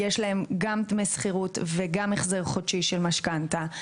יש להם גם דמי שכירות וגם החזר חודשי של משכנתא,